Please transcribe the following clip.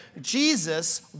Jesus